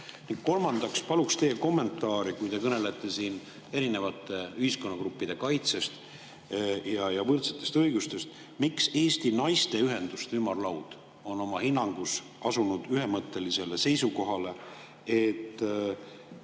kolmandaks paluksin teie kommentaari. Te kõnelete siin erinevate ühiskonnagruppide kaitsest ja võrdsetest õigustest. Aga miks Eesti Naisteühenduste Ümarlaud on oma hinnangus asunud ühemõttelisele seisukohale, et,